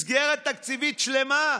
מסגרת תקציבית שלמה,